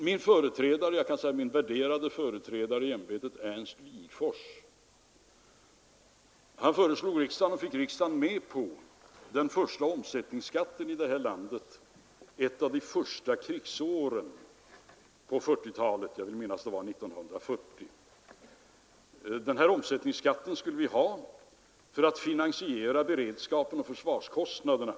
Min värderade företrädare i ämbetet Ernst Wigforss fick riksdagen med på den första omsättningsskatten i detta landet under ett av de första krigsåren på 1940-talet. Jag vill minnas att det var år 1940. Omsättningsskatten var till för att finansiera beredskapen och försvarskostnaderna.